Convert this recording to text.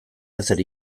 ezer